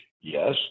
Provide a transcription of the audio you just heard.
yes